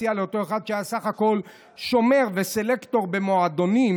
שהיה סך הכול שומר וסלקטור במועדונים: